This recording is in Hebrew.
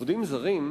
עובדים זרים,